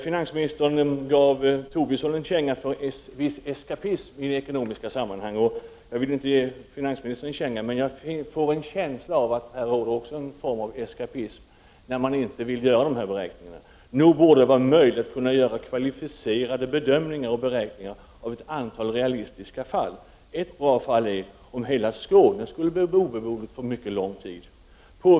Finansministern gav Tobisson en känga för viss eskapism i ekonomiska sammanhang. Jag vill inte ge finansministern någon känga, men jag får en känsla av att det även på den här punkten råder en viss eskapism, när man inte vill göra sådana här beräkningar. Nog borde det vara möjligt att göra kvalificerade bedömningar och beräkningar av ett antal realistiska fall. Ett bra fall är om hela Skåne skulle bli obeboeligt för mycket lång tid.